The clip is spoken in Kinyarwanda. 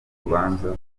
urubanza